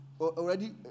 already